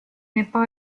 nepal